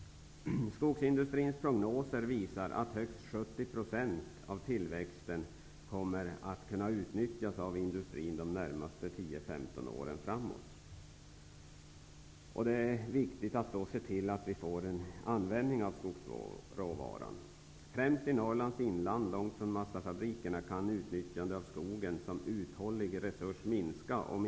Skogsindustrins prognoser visar att högst 70 % av tillväxten kommer att kunna utnyttjas av industrin de närmaste 10--15 åren. Det är viktigt att se till att skogsråvaran används. Främst i Norrlands inland, långt från massafabrikerna, kan -- om ingenting görs -- utnyttjandet av skogen som uthållig resurs minska.